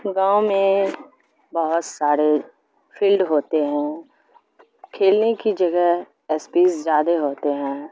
گاؤں میں بہت سارے فیلڈ ہوتے ہیں کھیلنے کی جگہ ایسپیس زیادے ہوتے ہیں